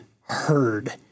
heard